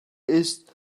ist